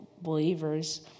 believers